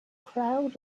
crowd